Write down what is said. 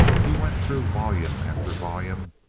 he went through volume after volume,